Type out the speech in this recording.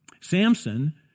Samson